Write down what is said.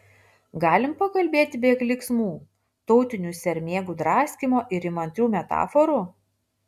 galim pakalbėti be klyksmų tautinių sermėgų draskymo ir įmantrių metaforų